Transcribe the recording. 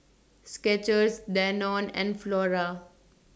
Skechers Danone and Flora